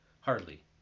Hardly